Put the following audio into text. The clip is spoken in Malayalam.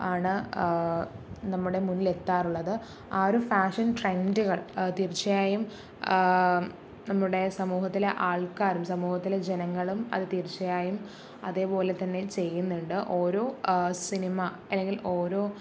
ആണ് നമ്മുടെ മുന്നിൽ എത്താറുള്ളത് ആരും ഫാഷൻ ട്രെൻറ്റുകൾ അ തീർച്ചയായും നമ്മുടെ സമൂഹത്തിലെ ആൾക്കാരും സമൂഹത്തിലെ ജനങ്ങളും അത് തീർച്ചയായും അതേപോലെ തന്നെ ചെയ്യുന്നുണ്ട് ഓരോ സിനിമ അല്ലങ്കിൽ ഓരോ